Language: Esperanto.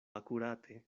akurate